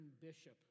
bishop